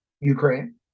ukraine